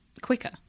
quicker